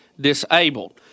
disabled